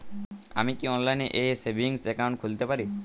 আমি কি অনলাইন এ সেভিংস অ্যাকাউন্ট খুলতে পারি?